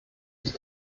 ich